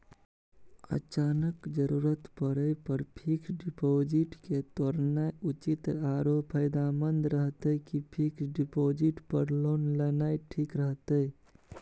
अचानक जरूरत परै पर फीक्स डिपॉजिट के तोरनाय उचित आरो फायदामंद रहतै कि फिक्स डिपॉजिट पर लोन लेनाय ठीक रहतै?